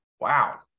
Wow